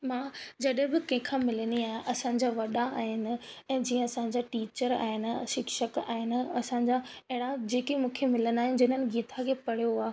मां जॾहिं बि कंहिंखां मिलंदी आहियां असांजा वॾा आहिनि ऐं जीअं असांजा टीचर आहिनि शिक्षक आहिनि असांजा अहिड़ा जेके मूंखे मिलंदा आहिनि जिन्हनि गीता खे पढ़ियो आहे